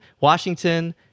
Washington